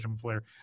player